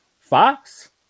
Fox